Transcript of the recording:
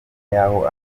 yaho